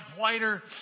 whiter